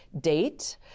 date